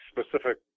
specific